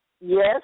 Yes